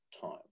time